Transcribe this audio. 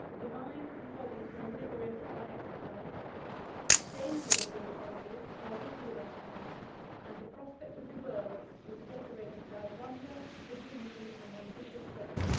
the minds and bodies were invigorated by exercise danger was the incentive, novelty the recompense and the prospect of the world was decorated by wonder, credulity, and ambitious hope.